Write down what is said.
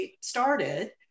started